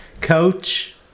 coach